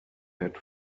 had